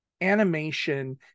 Animation